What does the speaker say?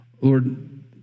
Lord